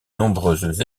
nombreuses